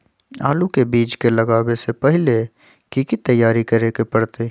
आलू के बीज के लगाबे से पहिले की की तैयारी करे के परतई?